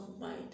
mind